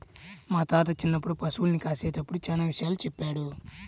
మా తాత చిన్నప్పుడు పశుల్ని కాసేటప్పుడు చానా విషయాలు చెప్పాడు